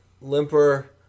Limper